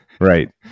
right